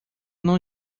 não